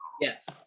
Yes